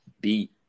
beat